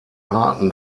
arten